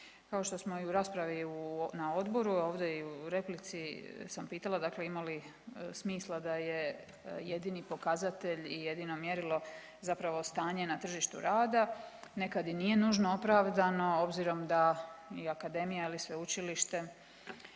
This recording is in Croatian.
Kao što smo i u raspravi na odboru, ovdje i u replici sam pitala, dakle ima li smisla da je jedini pokazatelj i jedino mjerilo zapravo stanje na tržištu rada. Nekad i nije nužno opravdano obzirom da i akademija ili sveučilište